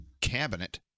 cabinet